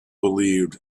believed